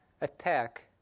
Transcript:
attack